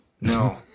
No